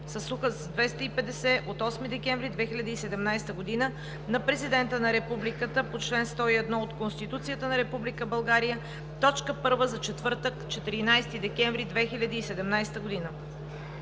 с Указ № 250 от 8 декември 2017 г. на Президента на Републиката по чл. 101 от Конституцията на Република България – точка първа за четвъртък, 14 декември 2017 г.